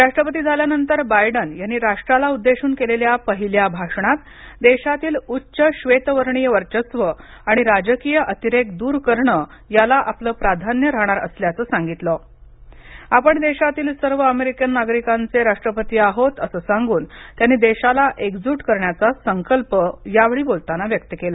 राष्ट्रपती झाल्यानंतर बायडन यांनी राष्ट्राला उद्देशून केलेल्या पहिल्या भाषणात देशातील उच्च श्वेतवर्णीय वर्चस्व आणि राजकीय अतिरेक दूर करणं आपल प्राधान्य राहणार असल्याचं बायडेन म्हणाले आपण देशातील सर्व अमेरिकन नागरिकांचे राष्ट्रपती आहोत असं सांगून त्यांनी देशाला एकजूट करण्याचा संकल्प यावेळी बोलताना व्यक्त केला